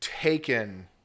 taken